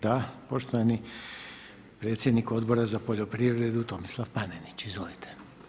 Da, poštovani predsjednik Odbora za poljoprivredu, Tomislav Panenić, izvolite.